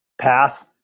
Pass